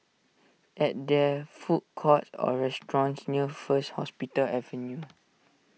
at there food courts or restaurants near First Hospital Avenue